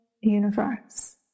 universe